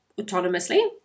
autonomously